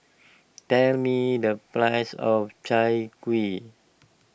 tell me the price of Chai Kuih